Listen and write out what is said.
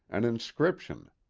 an inscription.